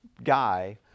Guy